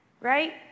right